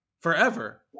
forever